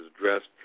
addressed